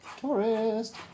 Tourist